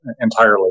entirely